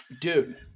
Dude